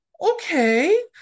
okay